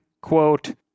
quote